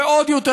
ועוד יותר,